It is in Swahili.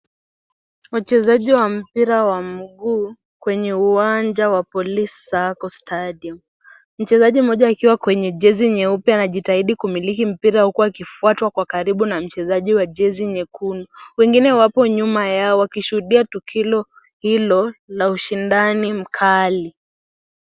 Wachezaji wa mpira wa mguu kwenye uwanja wa Police Sacco Stadium . Mchezaji mmoja akiwa kwenye jezi nyeupe anajitahidi kumiliki mpira huku akifuatwa kwa karibu na mchezaji wa jezi nyekundu. Wengine wapo nyuma yao wakishuhudia tukio hilo la ushindani mkali.